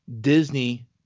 Disney